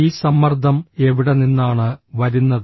ഈ സമ്മർദ്ദം എവിടെ നിന്നാണ് വരുന്നത്